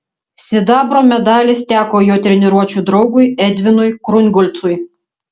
sidabro medalis teko jo treniruočių draugui edvinui krungolcui